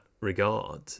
regard